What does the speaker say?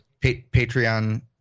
Patreon